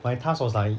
my task was like